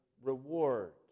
reward